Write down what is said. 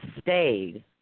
stayed